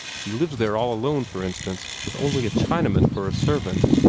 he lives there all alone, for instance, with only a chinaman for a servant.